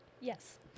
Yes